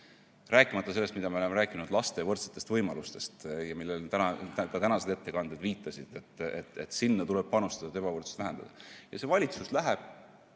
Rääkimata sellest, mida me oleme rääkinud laste võrdsetest võimalustest, millele ka tänased ettekanded viitasid, et sinna tuleb panustada, et ebavõrdsust vähendada. Ja see valitsus läheb